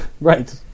Right